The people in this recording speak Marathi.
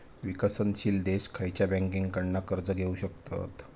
विकसनशील देश खयच्या बँकेंकडना कर्ज घेउ शकतत?